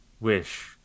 wish